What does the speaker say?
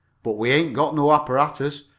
but we ain't got no apparatus,